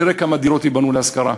נראה כמה דירות ייבנו להשכרה.